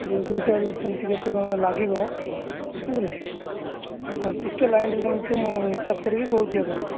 ଦୁଇ କ୍ୱିଣ୍ଟାଲ୍ କେମିତି କେତେ କ'ଣ ଲାଗିବ ବୁଝିଲେ ଆପଣ ଟିକିଏ ଲାଇନରେ ରୁହନ୍ତୁ ମୁଁ ହିସାବ କରି କହୁଛି ଆପଣଙ୍କୁ